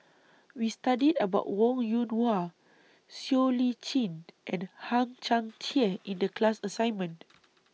We studied about Wong Yoon Wah Siow Lee Chin and Hang Chang Chieh in The class assignment